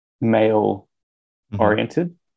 male-oriented